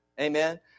Amen